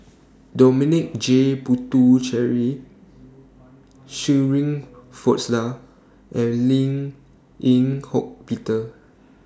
Dominic J Puthucheary Shirin Fozdar and Lim Eng Hock Peter